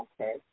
okay